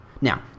Now